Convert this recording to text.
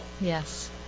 Yes